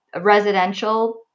residential